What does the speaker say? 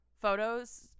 photos